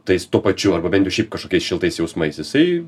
tais tuo pačiu arba bent jau šiaip kažkokiais šiltais jausmais jisai